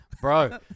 bro